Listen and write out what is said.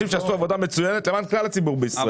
אלה אנשים שעשו עבודה מצוינת למען כלל הציבור בישראל.